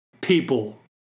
people